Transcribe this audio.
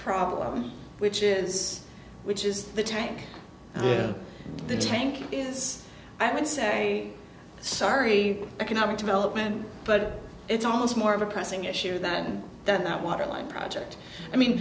problem which is which is the take the tank is i would say sorry economic development but it's almost more of a pressing issue than that water line project i mean